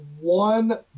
one